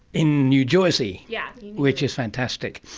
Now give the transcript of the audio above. in new jersey, yeah which is fantastic.